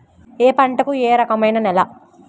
ఏ పంటకు ఏ రకమైన నేల?